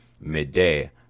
midday